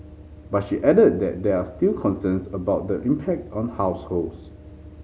but she added that there are still concerns about the impact on households